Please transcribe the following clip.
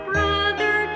Brother